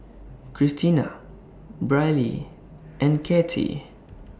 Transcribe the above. Kristina Brylee and Kattie